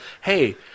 Hey